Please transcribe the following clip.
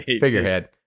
figurehead